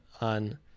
on